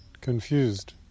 confused